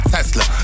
Tesla